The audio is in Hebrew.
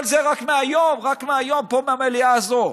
כל זה רק מהיום, רק מהיום, פה, מהמליאה הזאת.